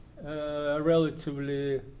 relatively